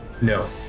No